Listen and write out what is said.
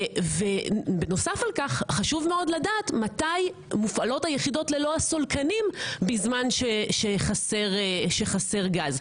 ובנוסף על כך חשוב לדעת מתי מופעלות היחידות ללא הסולקנים בזמן שחסר גז,